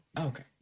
Okay